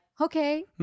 okay